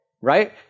right